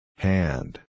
Hand